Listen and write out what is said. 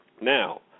Now